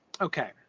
okay